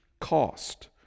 cost